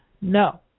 No